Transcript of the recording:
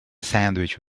sandwich